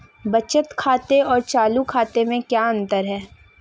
बचत खाते और चालू खाते में क्या अंतर है?